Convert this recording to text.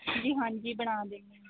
ਜੀ ਹਾਂਜੀ ਬਣਾ ਦੇ